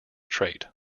trait